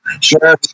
sure